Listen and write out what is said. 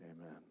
Amen